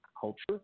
culture